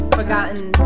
forgotten